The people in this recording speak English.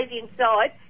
inside